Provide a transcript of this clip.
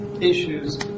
Issues